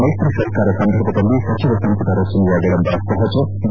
ಮೈತ್ರಿ ಸರ್ಕಾರ ಸಂದರ್ಭದಲ್ಲಿ ಸಚಿವ ಸಂಪುಟ ರಚನೆಯ ವಿಳಂಬ ಸಹಜ ಡಿ